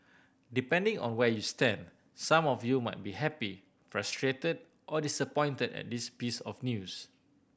depending on where you stand some of you might be happy frustrated or disappointed at this piece of news